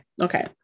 Okay